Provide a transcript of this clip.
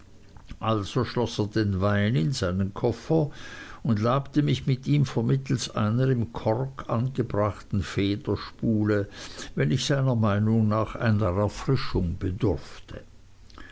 schloß er den wein in seinen koffer und labte mich mit ihm vermittelst einer im kork angebrachten federspule wenn ich seiner meinung nach einer erfrischung bedurfte